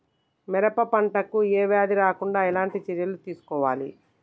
పెరప పంట కు ఏ వ్యాధి రాకుండా ఎలాంటి చర్యలు తీసుకోవాలి?